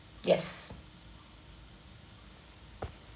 yes